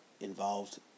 involved